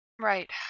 Right